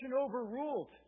overruled